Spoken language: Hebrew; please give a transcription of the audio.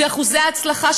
עם אחוזי הצלחה,